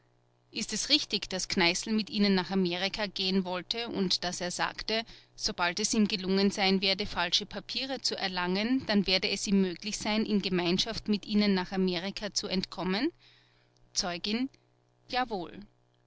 ist es richtig daß kneißl mit ihnen nach amerika gehen wollte und daß er sagte sobald es ihm gelungen sein werde falsche papiere zu erlangen dann werde es ihm möglich sein in gemeinschaft mit ihnen nach amerika zu entkommen zeugin jawohl